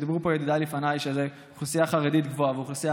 ודיברו פה ידידיי לפניי שזו אוכלוסייה חרדית רבה ואוכלוסייה